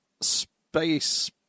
space